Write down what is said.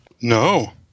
no